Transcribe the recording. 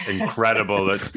incredible